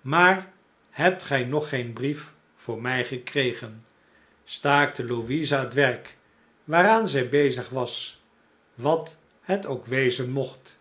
maar hebt gij nog geen brief voor mij gekregen staakte louisa het werk waaraan zij bezig was wat het ook wezen mocht